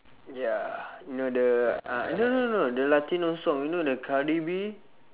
ya you know the ah no no no the latino song you know the cardi B